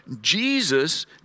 Jesus